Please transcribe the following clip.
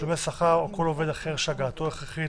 תשלומי שכר או כל עובד אחר שהגעתו הכרחית